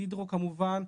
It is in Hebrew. הידרו כמובן,